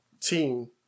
team